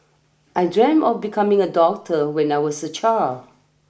I dreamt of becoming a doctor when I was a child